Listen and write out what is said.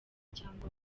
cyangwa